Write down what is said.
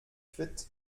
fit